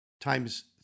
times